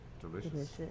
delicious